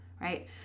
right